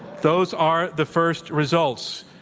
those are the first results.